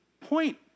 point